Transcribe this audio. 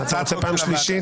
אתה רוצה פעם שלישית?